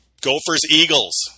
Gophers-Eagles